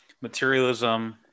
materialism